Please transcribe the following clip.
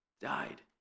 Died